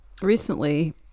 recently